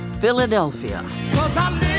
Philadelphia